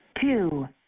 Two